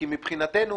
כי מבחינתנו